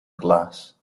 glass